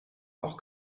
auch